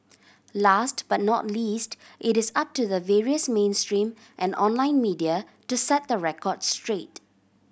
last but not least it is up to the various mainstream and online media to set the record straight